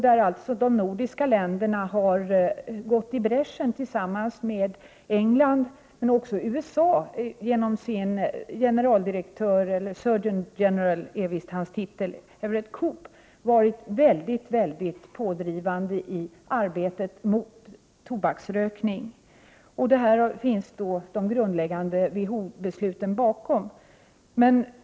Där har de nordiska länderna gått i bräschen tillsammans med England men också tillsammans med USA, vars generaldirektör eller Surgeon general, som hans titel lyder, Everet Koop, har varit pådrivande i arbetet mot tobaksrökning. Och om detta finns alltså då de grundläggande WHO-besluten.